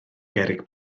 gerrig